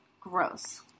Gross